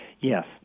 Yes